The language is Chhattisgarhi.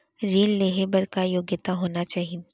ऋण लेहे बर का योग्यता होना चाही?